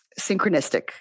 synchronistic